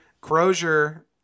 Crozier